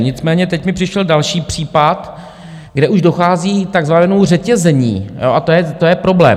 Nicméně teď mi přišel další případ, kde už dochází k takzvanému řetězení, a to je problém.